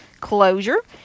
closure